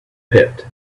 pit